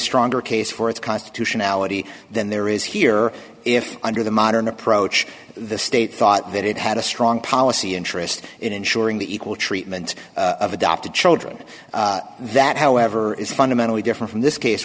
stronger case for its constitutionality than there is here if under the modern approach the state thought that it had a strong policy interest in ensuring the equal treatment of adopted children that however is fundamentally different from this case